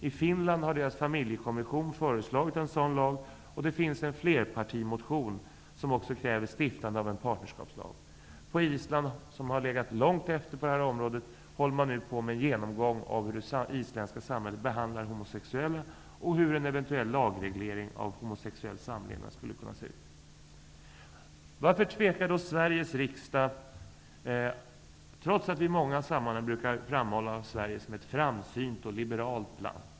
I Finland har deras Familjekommission föreslagit en sådan lag, och det finns en flerpartimotion som också kräver stiftande av en partnerskapslag. På Island, som har legat långt efter på det här området, håller man nu på med en genomgång av hur det isländska samhället behandlar homosexuella och hur en eventuell lagreglering av homosexuell samlevnad skulle kunna se ut. Varför tvekar då Sveriges riksdag, trots att vi i många sammanhang brukar framhålla Sverige som ett framsynt och liberalt land?